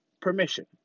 permission